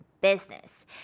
business